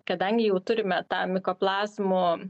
kadangi jau turime tą mikoplazmų